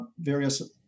various